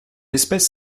espèce